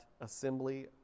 assembly